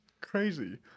crazy